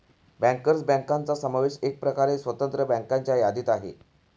bankers बँकांचा समावेश एकप्रकारे स्वतंत्र बँकांच्या यादीत आहे